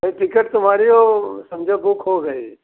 ये टिकट तुम्हारी वो समझो बुक हो गई